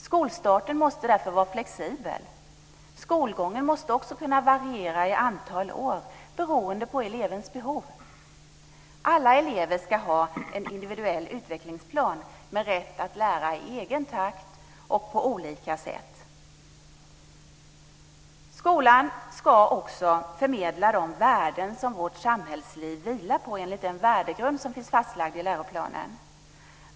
Skolstarten måste därför vara flexibel. Skolgången måste kunna variera i antal år beroende på elevens behov. Alla elever ska ha en individuell utvecklingsplan med rätt att lära i egen takt och på olika sätt. Skolan ska också förmedla de värden som vårt samhällsliv vilar på enligt den värdegrund som finns fastlagd i läroplanen.